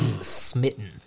smitten